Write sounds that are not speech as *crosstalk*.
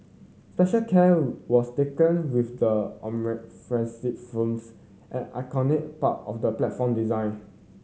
special care was taken with the *unintelligible* firms an iconic part of the platform design